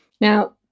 Now